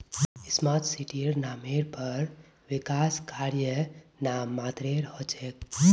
smart सिटीर नामेर पर विकास कार्य नाम मात्रेर हो छेक